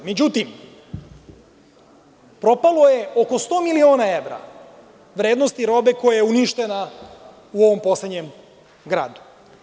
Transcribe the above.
Međutim, propalo je oko 100 miliona evra vrednosti robe koja je uništena u ovom poslednjem gradu.